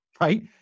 right